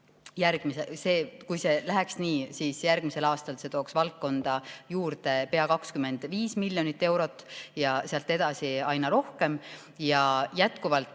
Kui see läheks nii, siis järgmisel aastal tooks see valdkonda juurde pea 25 miljonit eurot ja sealt edasi aina rohkem. Ma saan